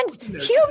Humans